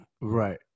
Right